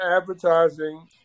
advertising